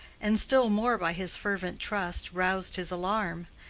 and still more by his fervent trust, roused his alarm.